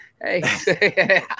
hey